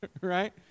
Right